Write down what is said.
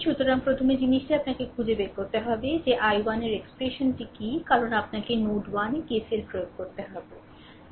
সুতরাং প্রথম জিনিসটি আপনাকে খুঁজে বের করতে হবে যে i 1 এর এক্সপ্রেশনটি কী কারণ আপনাকে নোড 1 এ KCL প্রয়োগ করতে হবে